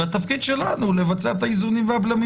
והתפקיד שלנו הוא לבצע את האיזונים והבלמים